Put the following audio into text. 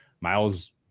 Miles